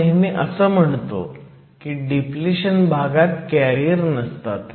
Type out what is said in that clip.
आपण नेहमी असं म्हणतो की डिप्लिशन भागात कॅरियर नसतात